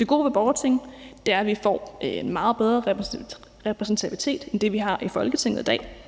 Det gode ved borgerting er, at vi får meget bedre repræsentativitet end det, vi har i Folketinget i dag,